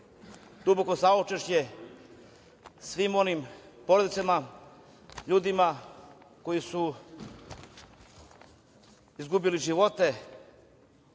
duboko saučešće svim porodicama, ljudima koji su izgubili živote.